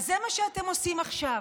אז זה מה שאתם עושים עכשיו.